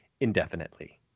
indefinitely